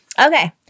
Okay